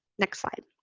next slide.